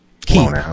keep